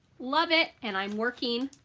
love it. and i'm working.